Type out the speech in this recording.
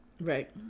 right